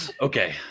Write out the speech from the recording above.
Okay